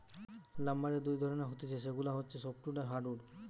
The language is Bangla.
লাম্বারের দুই ধরণের হতিছে সেগুলা হচ্ছে সফ্টউড আর হার্ডউড